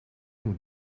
moet